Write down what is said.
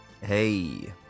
Hey